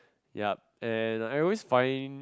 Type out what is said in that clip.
yup and I always find